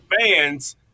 fans